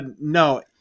No